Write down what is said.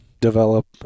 develop